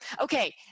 Okay